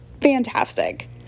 fantastic